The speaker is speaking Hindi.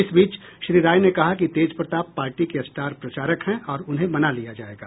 इस बीच श्री राय ने कहा कि तेज प्रताप पार्टी के स्टार प्रचारक हैं और उन्हें मना लिया जायेगा